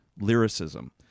lyricism